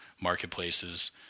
marketplaces